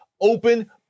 open